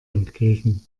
entgegen